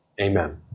Amen